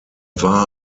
war